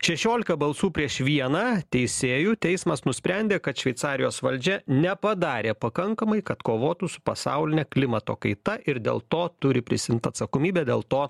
šešiolika balsų prieš vieną teisėjų teismas nusprendė kad šveicarijos valdžia nepadarė pakankamai kad kovotų su pasauline klimato kaita ir dėl to turi prisiimt atsakomybę dėl to